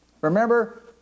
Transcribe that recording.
Remember